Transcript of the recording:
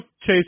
chase